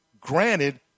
granted